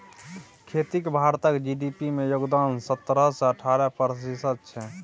खेतीक भारतक जी.डी.पी मे योगदान सतरह सँ अठारह प्रतिशत छै